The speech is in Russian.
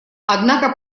однако